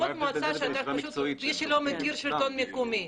למי שלא מכיר את השלטון המקומי,